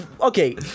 okay